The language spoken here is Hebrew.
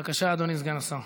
בבקשה, אדוני סגן השר.